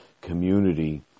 community